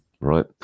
Right